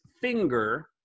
finger